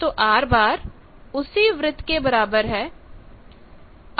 तो R उसी वृत्त के बराबर है